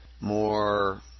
more